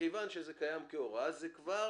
מכיוון שזה קיים כהוראה זה כבר